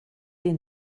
ihn